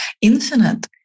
infinite